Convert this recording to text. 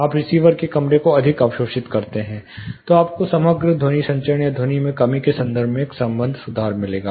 आप रिसीवर के कमरे को अधिक अवशोषित करते हैं तो आपको समग्र ध्वनि संचरण या ध्वनि में कमी के संदर्भ में एक संबद्ध सुधार भी मिलेगा